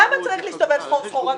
למה צריך להסתובב סחור-סחור?